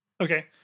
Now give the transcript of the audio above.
Okay